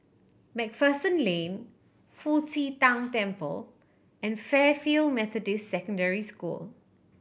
Macpherson Lane Fu Xi Tang Temple and Fairfield Methodist Secondary School